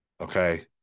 Okay